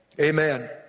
amen